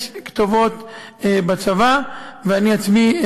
יש כתובות בצבא, ואני עצמי,